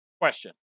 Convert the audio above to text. question